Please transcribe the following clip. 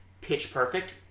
pitch-perfect